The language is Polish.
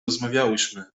rozmawiałyśmy